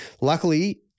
Luckily